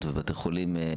ובפרט את בתי החולים.